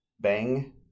Bang